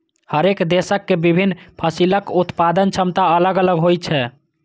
हरेक देशक के विभिन्न फसलक उत्पादन क्षमता अलग अलग होइ छै